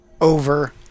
over